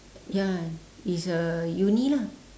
ya it's a uni lah